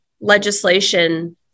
legislation